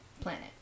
planet